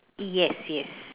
yes yes